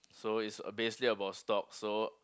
so it's uh basically about stock so